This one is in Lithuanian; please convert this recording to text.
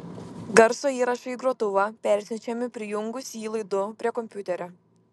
garso įrašai į grotuvą persiunčiami prijungus jį laidu prie kompiuterio